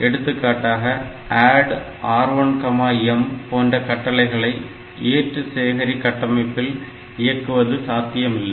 எடுத்துக்காட்டாக ADD R1M போன்ற கட்டளைகளை ஏற்று சேகரி கட்டமைப்பில் இயக்குவது சாத்தியமில்லை